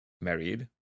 married